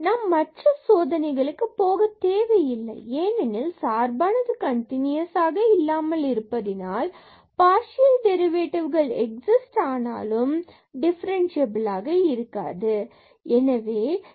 நாம் மற்ற சோதனைகளுக்கு போகத் தேவையில்லை ஏனெனில் சார்பானது கன்டினுயசாக இல்லாமல் இருப்பதினால் பார்சியல் டெரிவேட்டிவ்கள் எக்ஸிஸ்ட் ஆனாலும் டிஃபரண்ட்சியபிலாக இருக்காது